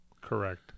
Correct